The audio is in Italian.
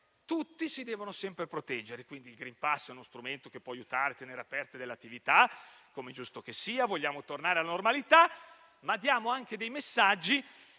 tutti si devono sempre proteggere. Il *green pass* è quindi uno strumento che può aiutare a tenere aperte delle attività, come è giusto che sia perché vogliamo tornare alla normalità, ma diamo anche dei messaggi